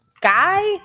guy